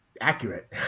accurate